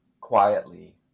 quietly